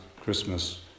Christmas